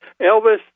Elvis